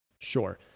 Sure